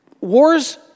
Wars